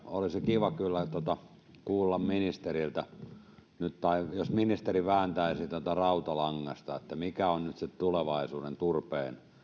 olisi kiva kyllä kuulla nyt ministeriltä tai jos ministeri vääntäisi tätä rautalangasta mikä on nyt se tulevaisuuden turpeen